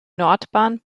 nordbahn